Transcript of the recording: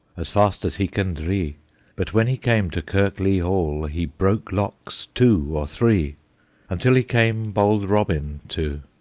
as fast as he can dree but when he came to kirkley-hall, he broke locks two or three until he came bold robin to,